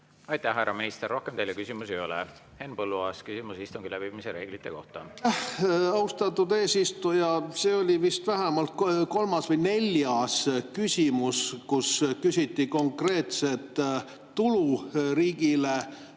Aitäh, härra minister! Rohkem teile küsimusi ei ole. Henn Põlluaas, küsimus istungi läbiviimise reeglite kohta. Aitäh, austatud eesistuja! See oli vist vähemalt kolmas või neljas küsimus, kus küsiti konkreetse tulu